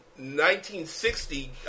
1960